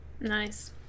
nice